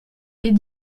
est